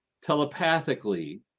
telepathically